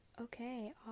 Okay